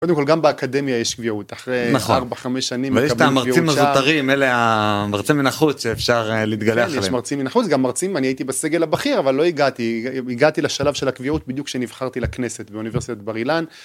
קודם כל גם באקדמיה יש קביעות אחרי 4-5 שנים מרצים זוטרים, מרצה מנחות שאפשר להתגלח עליהם יש מרצים מנחות. גם מרצים, אני הייתי בסגל הבכיר אבל לא הגעתי, הגעתי לשלב של הקביעות בדיוק כשנבחרתי לכנסת באוניברסיטת בר אילן.